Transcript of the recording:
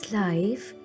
life